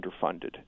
underfunded